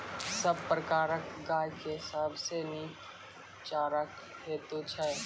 सब प्रकारक गाय के सबसे नीक चारा की हेतु छै?